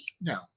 No